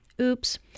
Oops